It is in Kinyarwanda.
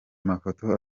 amafoto